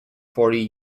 forty